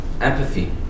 Empathy